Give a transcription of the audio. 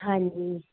ਹਾਂਜੀ